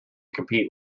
compete